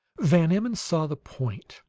van emmon saw the point.